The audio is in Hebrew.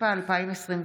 התשפ"א 2021,